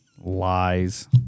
Lies